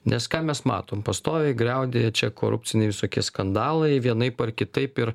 nes ką mes matom pastoviai griaudėja čia korupciniai visokie skandalai vienaip ar kitaip ir